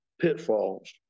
pitfalls